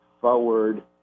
forward